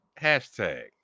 hashtag